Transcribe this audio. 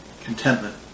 Contentment